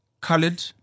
colored